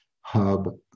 hub